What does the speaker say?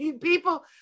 people